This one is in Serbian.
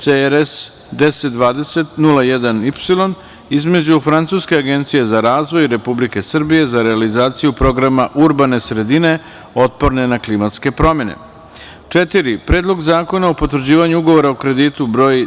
CRS 1020 01 Y između Francuske agencije za razvoj i Republike Srbije za realizaciju Programa urbane sredine otporne na klimatske promene, Predlog zakona o potvrđivanju Ugovora o kreditu br.